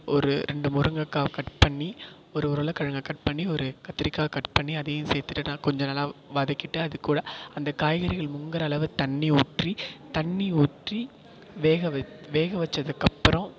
ஒரு ரெண்டு முருங்கக்காய் கட் பண்ணி ஒரு உருளைக்கிழங்க கட் பண்ணி ஒரு கத்திரிக்காய் கட் பண்ணி அதையும் சேர்த்துட்டு கொஞ்சம் நல்லா வதக்கிவிட்டு அதுகூட அந்த காய்கறிகள் முங்குகிற அளவு தண்ணி ஊற்றி தண்ணி ஊற்றி வேக வச்சு வேக வச்சதுக்கு அப்புறம்